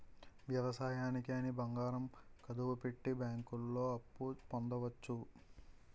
వ్యవసాయానికి అని బంగారం కుదువపెట్టి బ్యాంకుల్లో అప్పు పొందవచ్చు